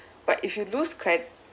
but if you lose credit